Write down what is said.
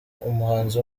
umuhanzi